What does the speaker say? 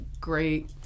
Great